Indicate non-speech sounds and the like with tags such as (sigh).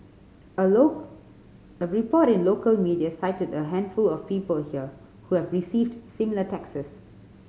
a (unintelligible) a report in local media cited a handful of people here who have received similar texts